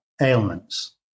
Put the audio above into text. ailments